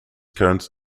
current